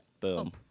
Boom